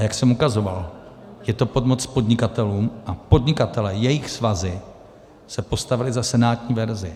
A jak jsem ukazoval, je to pomoc podnikatelům a podnikatelé, jejich svazy se postavily za senátní verzi.